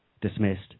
dismissed